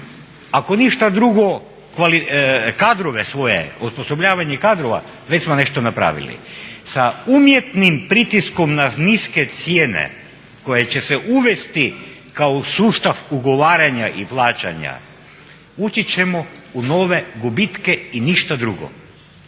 ako ništa drugo kadrove svoje, osposobljavanje kadrova, već smo nešto napravili. Sa umjetnim pritiskom na niske cijene koje će se uvesti kao sustav ugovaranja i plaćanja ući ćemo u nove gubitke i ništa drugo.